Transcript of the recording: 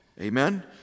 Amen